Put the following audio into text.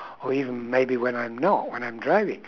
or even maybe when I'm not when I'm driving